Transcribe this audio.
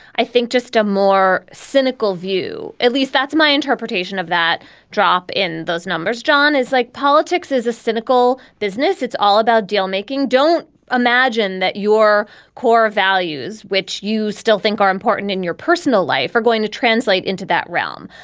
i think, just a more cynical view. at least that's my interpretation of that drop in those numbers, john, is like politics is a cynical business. it's all about dealmaking. don't imagine that your core values, which you still think are important in your personal life, are going to translate into that realm.